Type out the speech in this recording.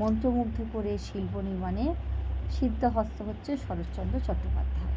মন্ত্রমুগ্ধ করে শিল্প নির্মাণে সিদ্ধহস্ত হচ্ছে শরৎচন্দ্র চট্টোপাধ্যায়